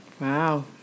Wow